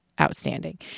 outstanding